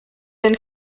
been